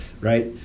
right